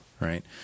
right